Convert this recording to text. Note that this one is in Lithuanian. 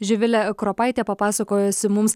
živilė kropaitė papasakojusi mums